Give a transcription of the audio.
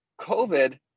COVID